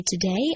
today